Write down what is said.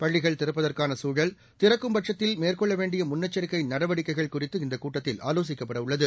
பள்ளிகள் திறப்பதற்கான சூழல் திறக்கும்பட்சத்தில் மேற்கொள்ள வேண்டிய முன்னெச்சரிக்கை நடவடிக்கைகள் குறித்து இந்த கூட்டத்தில் ஆலோசிக்கப்பட உள்ளது